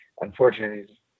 unfortunately